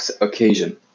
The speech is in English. occasion